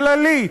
כללית,